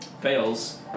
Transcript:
fails